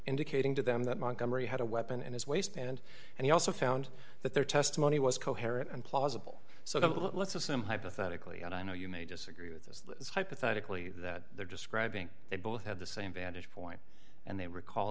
indicating to them that montgomery had a weapon in his waistband and he also found that their testimony was coherent and plausible so let's assume hypothetically and i know you may disagree with this hypothetically that they're describing they both had the same vantage point and they recall